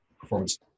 performance